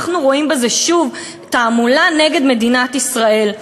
אנחנו רואים בזה שוב תעמולה נגד מדינת ישראל.